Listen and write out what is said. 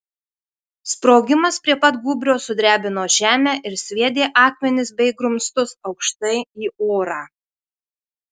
sprogimas prie pat gūbrio sudrebino žemę ir sviedė akmenis bei grumstus aukštai į orą